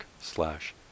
slash